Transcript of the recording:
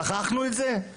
שכחנו את זה?!